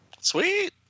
Sweet